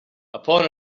upon